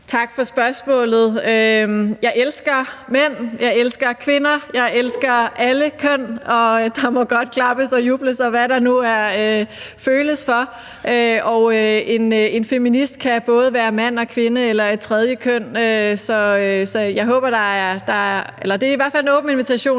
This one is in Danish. Tak for spørgsmålet. Jeg elsker mænd, jeg elsker kvinder, jeg elsker alle køn, og der må godt klappes og jubles, og hvad der nu føles for. Og en feminist kan både være mand og kvinde eller et tredje køn. Så det er i hvert fald en åben invitation